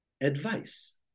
advice